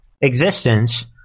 existence